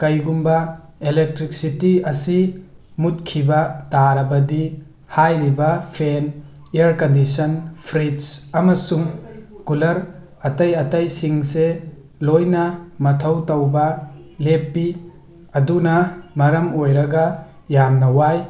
ꯀꯔꯤꯒꯨꯝꯕ ꯏꯂꯦꯛꯇ꯭ꯔꯤꯛꯁꯤꯇꯤ ꯑꯁꯤ ꯃꯨꯠꯈꯤꯕ ꯇꯥꯔꯕꯗꯤ ꯍꯥꯏꯔꯤꯕ ꯐꯦꯟ ꯏꯌꯥꯔ ꯀꯟꯗꯤꯁꯟ ꯐ꯭ꯔꯤꯖ ꯑꯃꯁꯨꯡ ꯀꯨꯂꯔ ꯑꯇꯩ ꯑꯇꯩꯁꯤꯡꯁꯦ ꯂꯣꯏꯅ ꯃꯊꯧ ꯇꯧꯕ ꯂꯦꯞꯄꯤ ꯑꯗꯨꯅ ꯃꯔꯝ ꯑꯣꯏꯔꯒ ꯌꯥꯝꯅ ꯋꯥꯏ